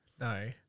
No